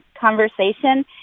conversation